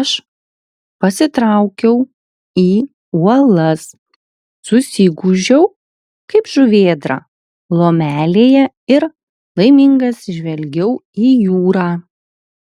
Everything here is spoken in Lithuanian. aš pasitraukiau į uolas susigūžiau kaip žuvėdra lomelėje ir laimingas žvelgiau į jūrą